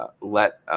let